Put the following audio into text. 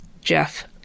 Jeff